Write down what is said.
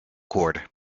cord